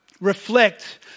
reflect